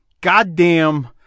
goddamn